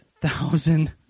thousand